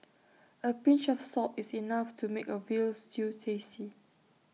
A pinch of salt is enough to make A Veal Stew tasty